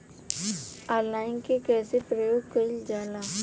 Online के कइसे प्रयोग कइल जाला?